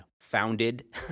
founded